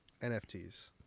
NFTs